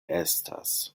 estas